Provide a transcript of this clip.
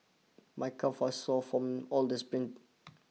my calves are sore from all the sprints